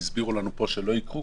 והסבירו לנו שלא יקרו,